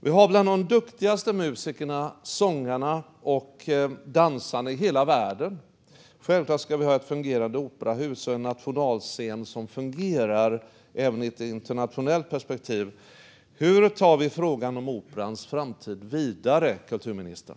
Vi har några av de duktigaste musikerna, sångarna och dansarna i världen, och vi ska självfallet ha ett fungerande operahus och en nationalscen som fungerar även i ett internationellt perspektiv. Hur tar vi frågan om Operans framtid vidare, kulturministern?